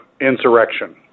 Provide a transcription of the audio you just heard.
insurrection